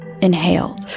inhaled